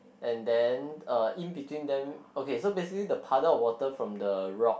and then uh in between them okay so basically the puddle of water from the rock